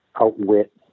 outwit